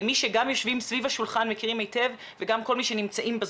מורים שבכל שנה מחדשים בעצם את החוזה שלהם